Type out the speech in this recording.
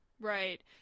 Right